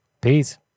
peace